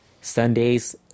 Sundays